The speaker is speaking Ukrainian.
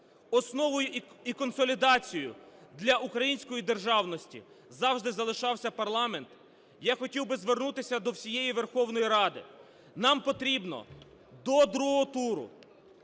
основою і консолідацією для української державності завжди залишався парламент, я хотів би звернутися до всієї Верховної Ради. Нам потрібно до другого туру